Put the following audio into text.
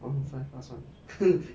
I'm very fast [one]